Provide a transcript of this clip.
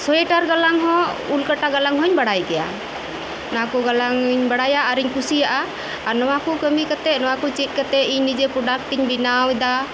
sweater ᱜᱟᱞᱟᱝᱦᱚᱸ ᱩᱯᱠᱟᱴᱟ ᱜᱟᱞᱟᱝ ᱦᱚᱧ ᱵᱟᱲᱟᱭ ᱜᱮᱭᱟ ᱚᱱᱟᱠᱩ ᱜᱟᱞᱟᱝ ᱤᱧ ᱵᱟᱲᱟᱭᱟ ᱤᱧ ᱠᱩᱥᱤᱭᱟᱜᱼᱟ ᱟᱨ ᱱᱚᱣᱟᱠᱩ ᱠᱟᱹᱢᱤᱠᱟᱛᱮᱫ ᱱᱚᱣᱟᱠᱩ ᱪᱤᱫᱠᱟᱛᱮᱫ ᱤᱧ ᱡᱮ ᱯᱨᱚᱰᱟᱠ ᱤᱧ ᱵᱮᱱᱟᱣᱮᱫᱟ